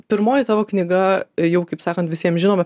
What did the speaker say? pirmoji tavo knyga jau kaip sakan visiem žinoma